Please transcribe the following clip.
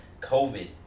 COVID